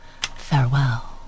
Farewell